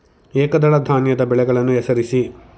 ಏಕದಳ ಧಾನ್ಯದ ಬೆಳೆಗಳನ್ನು ಹೆಸರಿಸಿ?